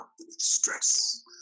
Stress